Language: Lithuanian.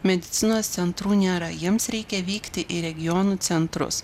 medicinos centrų nėra jiems reikia vykti į regionų centrus